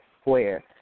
square